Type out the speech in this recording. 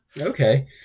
Okay